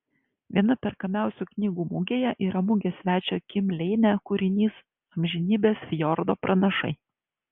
viena perkamiausių knygų mugėje yra mugės svečio kim leine kūrinys amžinybės fjordo pranašai